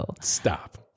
Stop